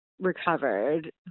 recovered